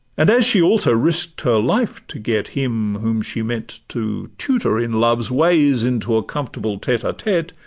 and as she also risk'd her life to get him whom she meant to tutor in love's ways into a comfortable tete-a-tete,